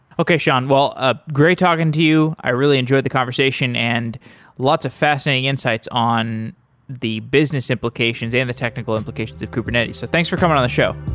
okay, sean. well, ah great talking to you. i really enjoyed the conversation, and lots of fascinating insights on the business implications and the technical implications of kubernetes. so thanks for coming on the show.